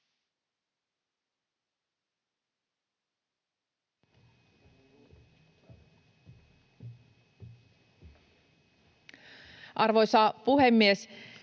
Arvoisa puhemies!